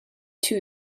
too